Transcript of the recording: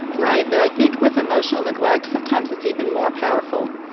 right, but i think with emotional neglect, sometimes it's even more powerful,